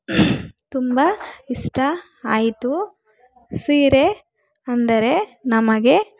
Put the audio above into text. ತುಂಬ ಇಷ್ಟ ಆಯಿತು ಸೀರೆ ಅಂದರೆ ನಮಗೆ